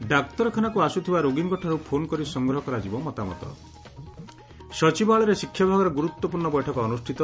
ଡାକ୍ତରଖାନାକୁ ଆସୁଥିବା ରୋଗୀଙ୍ଠାରୁ ଫୋନ୍ କରି ସଂଗ୍ରହ କରାଯିବ ମତାମତ ସଚିବାଳୟରେ ଶିକ୍ଷା ବିଭାଗର ଗୁରୁତ୍ପୁର୍ଷ୍ ବୈଠକ ଅନୁଷ୍ିତ